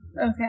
Okay